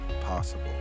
possible